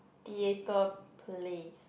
theatre place